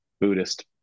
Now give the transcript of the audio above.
buddhist